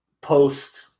post